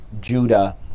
Judah